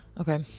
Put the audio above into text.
Okay